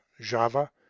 java